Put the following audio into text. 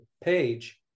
page